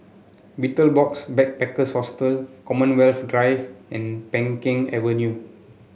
Betel Box Backpackers Hostel Commonwealth Drive and Peng Kang Avenue